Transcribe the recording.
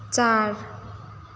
चार